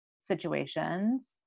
situations